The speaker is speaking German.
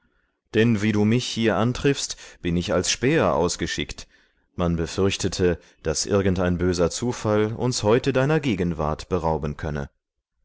denn wie du mich hier antriffst bin ich als späher ausgeschickt man befürchtete daß irgendein böser zufall uns heute deiner gegenwart berauben könne